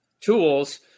tools